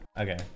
Okay